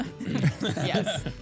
Yes